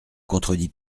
contredit